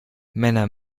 männer